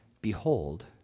Behold